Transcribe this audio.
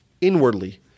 inwardly